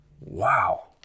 Wow